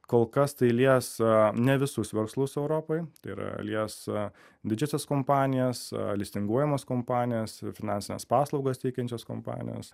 kol kas tai lies a ne visus verslus europoj tai yra lies a didžiasias kompanijas listinguojamas kompanijas finansines paslaugas teikiančias kompanijas